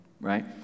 right